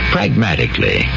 Pragmatically